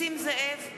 נסים זאב,